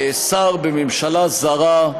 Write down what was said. שר בממשלה זרה,